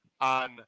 on